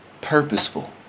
purposeful